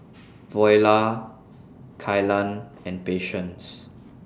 Viola Kylan and Patience